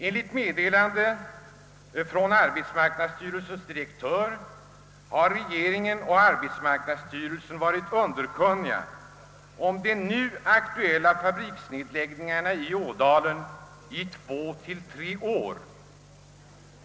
Enligt uttalande från arbetsmarknadsstyrelsens direktör har regeringen och arbetsmarknadsstyrelsen varit underkunniga om de nu aktuella fabriksnedläggelserna i Ådalen i två till tre år.